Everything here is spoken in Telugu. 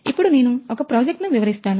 ఇప్పుడు నేను ఒక ప్రాజెక్ట్ ను వివరిస్తాను